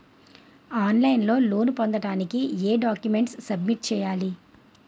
On line లో loan పొందటానికి ఎం డాక్యుమెంట్స్ సబ్మిట్ చేయాలి?